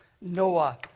Noah